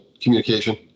communication